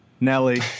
Nelly